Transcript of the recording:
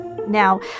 Now